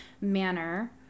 manner